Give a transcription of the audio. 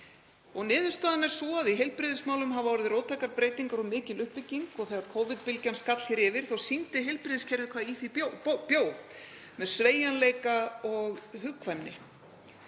Niðurstaðan er sú að í heilbrigðismálum hafa orðið róttækar breytingar og mikil uppbygging og þegar Covid-bylgjan skall yfir sýndi heilbrigðiskerfið hvað í því bjó með sveigjanleika og hugkvæmni.